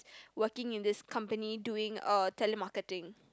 working in this company doing uh telemarketing